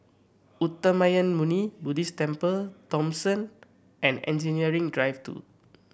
Uttamayanmuni Buddhist Temple Thomson and Engineering Drive Two